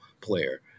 player